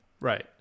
Right